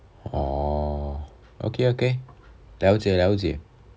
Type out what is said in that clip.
orh okay okay 了解了解